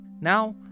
Now